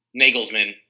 Nagelsmann